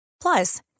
Plus